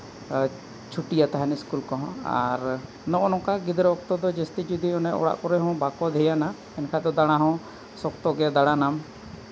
ᱪᱷᱩᱴᱤᱜᱼᱟ ᱛᱟᱦᱮᱱ ᱥᱠᱩᱞ ᱠᱚᱦᱚᱸ ᱟᱨ ᱱᱚᱜᱼᱚ ᱱᱚᱝᱠᱟ ᱜᱤᱫᱽᱨᱟᱹ ᱚᱠᱛᱚ ᱫᱚ ᱡᱟᱹᱥᱛᱤ ᱡᱩᱫᱤ ᱚᱱᱮ ᱚᱲᱟᱜ ᱠᱚᱨᱮᱜ ᱫᱚ ᱵᱟᱠᱚ ᱫᱷᱮᱭᱟᱱᱟ ᱮᱱᱠᱷᱟᱡ ᱫᱚ ᱫᱟᱬᱟ ᱦᱚᱸ ᱥᱚᱠᱛᱚ ᱜᱮ ᱫᱟᱬᱟᱱᱟᱢ